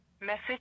message